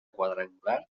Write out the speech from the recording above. quadrangular